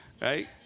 right